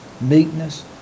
meekness